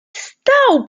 stał